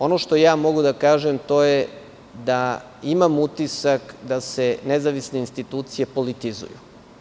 Ono što ja mogu da kažem, to je da imam utisak da se nezavisne institucije politizuju.